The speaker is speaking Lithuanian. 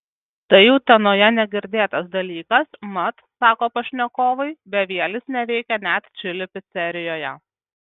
tai utenoje negirdėtas dalykas mat sako pašnekovai bevielis neveikia net čili picerijoje